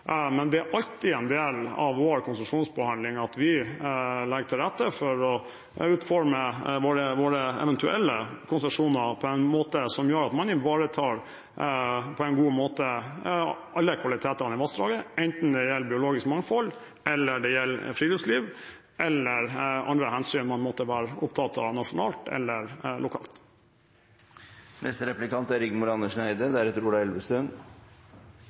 men det er alltid en del av vår konsesjonsbehandling at vi legger til rette for å utforme våre eventuelle konsesjoner på en måte som gjør at man ivaretar alle kvalitetene i vassdraget, enten det gjelder biologisk mangfold og friluftsliv eller andre hensyn man måtte være opptatt av nasjonalt eller lokalt.